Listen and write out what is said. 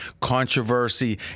controversy